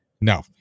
no